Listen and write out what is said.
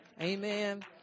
Amen